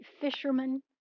fisherman